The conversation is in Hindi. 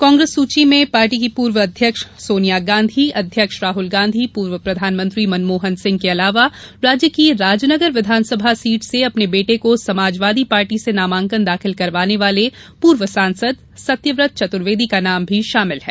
कांग्रेस सूची में पार्टी की पूर्व अध्यक्ष सोनिया गाँधी अध्यक्ष राहल गांधी पूर्व प्रधानमंत्री मनमोहन सिंह के अलावा राज्य की राजनगर विधानसभा सीट से ॅअपने बेटे को समाजवादी पार्टी से नामांकन दाखिल करवाने वाले पूर्व सांसद सत्यव्रत चतुर्वेदी का नाम भी शामिल है